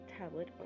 tablet